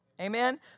Amen